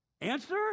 Answer